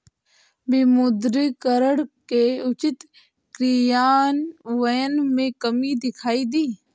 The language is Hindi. विमुद्रीकरण के उचित क्रियान्वयन में कमी दिखाई दी